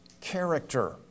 character